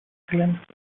glimpse